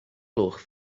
gloch